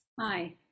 hi